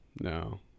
no